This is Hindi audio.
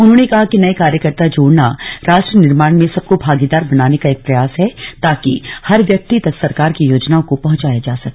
उन्होंने कहा कि नए कार्यकर्ता जोड़ना राष्ट्र निर्माण में सबको भागीदार बनाने का एक प्रयास है ताकि हर व्यक्ति तक सरकार की योजनाओ को पहुँचाया जा सके